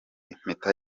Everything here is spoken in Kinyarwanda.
impeta